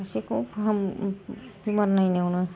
सासेखौ फाहाम बेमार नायनायावनो